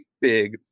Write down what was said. big